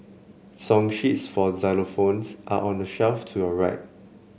song sheets for xylophones are on the shelf to your right